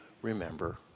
Remember